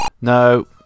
No